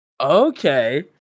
okay